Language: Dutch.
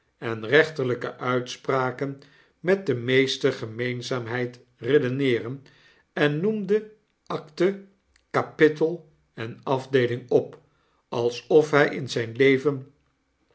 en recnterlyke uitspraken met de meeste gemeenzaamheid redeneeren en noemde akte kapittel en afdeeling op alsof hy in zyn leven